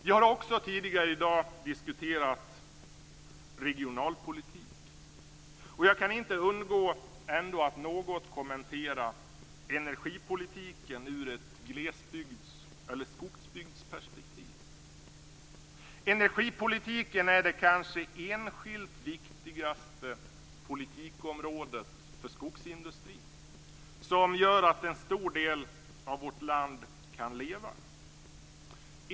Vi har också tidigare i dag diskuterat regionalpolitik. Jag kan inte undgå, ändå, att något kommentera energipolitiken ur ett glesbygds eller skogsbygdsperspektiv. Energipolitiken är det kanske enskilt viktigaste politikområdet för skogsindustrin, som gör att en stor del av vårt land kan leva.